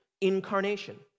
incarnation